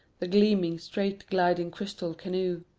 the gleaming, straight-gliding crystal canoe.